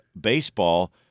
baseball